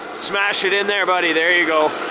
smash it in there buddy, there ya go.